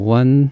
one